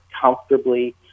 comfortably